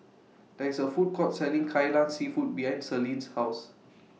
There IS A Food Court Selling Kai Lan Seafood behind Selene's House